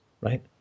Right